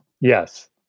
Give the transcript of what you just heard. Yes